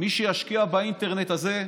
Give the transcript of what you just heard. מי שישקיע באינטרנט הזה,